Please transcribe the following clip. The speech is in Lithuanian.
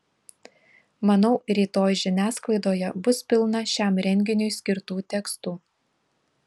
manau rytoj žiniasklaidoje bus pilna šiam renginiui skirtų tekstų